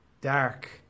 dark